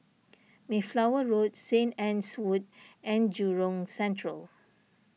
Mayflower Road Saint Anne's Wood and Jurong Central